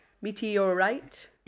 Meteorite